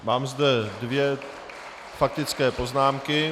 Mám zde dvě faktické poznámky.